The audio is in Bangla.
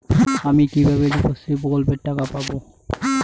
আমি কিভাবে রুপশ্রী প্রকল্পের টাকা পাবো?